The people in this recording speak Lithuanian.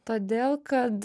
todėl kad